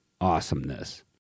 awesomeness